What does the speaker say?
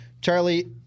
Charlie